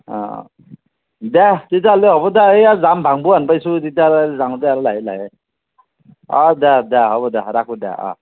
দে তিতা হ'লি হ'ব দে এইয়া জাম ভাঙবো যেন পাইছোঁ তিতা যাম আৰু লাগে লাহে অঁ দে দে হ'ব দে ৰাখোঁ দে